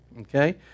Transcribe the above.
okay